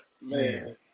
Man